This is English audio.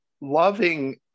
loving